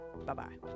bye-bye